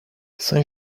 saint